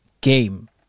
game